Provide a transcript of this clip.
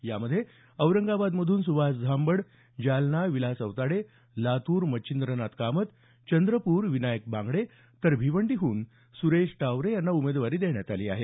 यामध्ये औरंगाबादमधून सुभाष झांबड जालना विलास औताडे लातूर मच्छिंद्रनाथ कामत चंद्रपूर विनायक बांगडे तर भिवंडीहून सुरेश टावरे यांना उमेदवारी देण्यात आली आहे